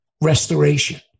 Restoration